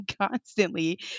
constantly